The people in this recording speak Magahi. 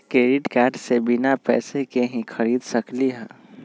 क्रेडिट कार्ड से बिना पैसे के ही खरीद सकली ह?